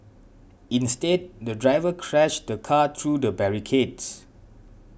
instead the driver crashed the car through the barricades